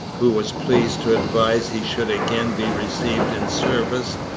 who was pleased to advise he should again be received in service,